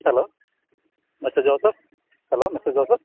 hello mister joseph hello mister joseph